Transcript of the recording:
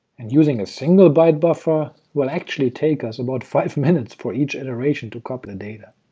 and using a single byte buffer will actually take us about five minutes for each iteration to copy the data.